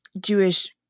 Jewish